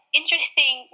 interesting